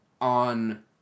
on